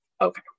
Okay